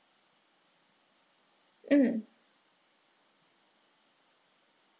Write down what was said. mm